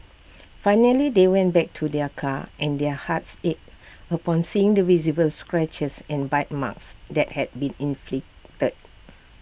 finally they went back to their car and their hearts ached upon seeing the visible scratches and bite marks that had been inflicted